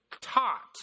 taught